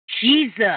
Jesus